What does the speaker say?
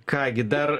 ką gi dar